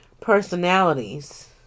personalities